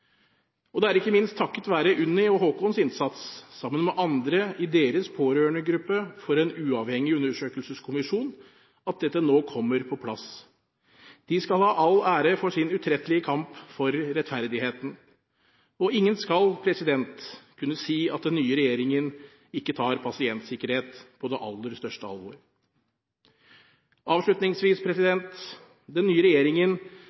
er ikke minst takket være Unni og Håkons innsats sammen med andre i deres pårørendegruppe for en uavhengig undersøkelseskommisjon at dette nå kommer på plass. De skal ha all ære for sin utrettelige kamp for rettferdigheten. Ingen skal kunne si at den nye regjeringen ikke tar pasientsikkerhet på aller største alvor. Avslutningsvis: Den nye regjeringen